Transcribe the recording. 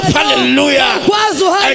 hallelujah